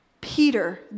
Peter